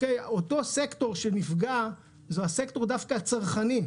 אותו סקטור שנפגע, הוא דווקא הסקטור הצרכני.